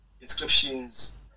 inscriptions